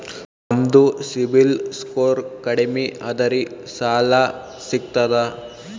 ನಮ್ದು ಸಿಬಿಲ್ ಸ್ಕೋರ್ ಕಡಿಮಿ ಅದರಿ ಸಾಲಾ ಸಿಗ್ತದ?